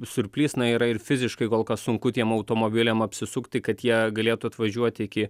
surplys na yra ir fiziškai kol kas sunku tiem automobiliam apsisukti kad jie galėtų atvažiuoti iki